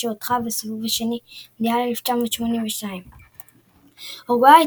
שהודחה בסיבוב השני במונדיאל 1982. אורוגוואי,